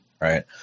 Right